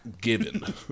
Given